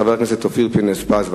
חבר הכנסת אופיר פינס-פז,